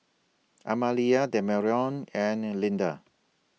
Amalia Demarion and Lynda